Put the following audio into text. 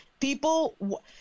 people